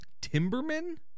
Timberman